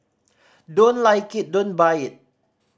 don't like it don't buy it